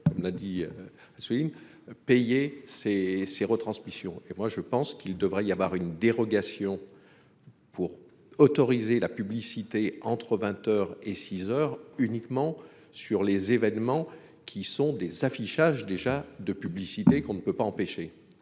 on a dit. Souligne payer ses, ses retransmissions. Et moi je pense qu'il devrait y avoir une dérogation. Pour autoriser la publicité entre 20h et 6h, uniquement sur les événements qui sont des affichages déjà de publicité qu'on ne peut pas empêcher